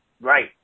Right